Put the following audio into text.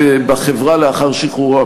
בחברה לאחר שחרורם.